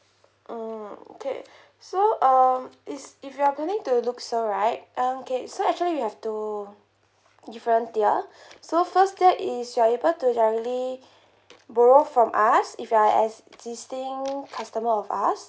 uh okay so um it's if you're planning to look so right um okay so actually we have two different tier so first tier is you're able to directly borrow from us if you're existing customer of us